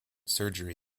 surgery